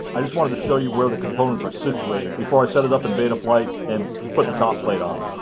i just wanted to show you where the components are situated before i set it up in betaflight and put the top plate on.